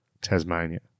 Tasmania